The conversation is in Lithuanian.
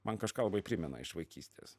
man kažką labai primena iš vaikystės